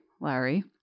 Larry